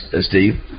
Steve